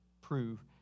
prove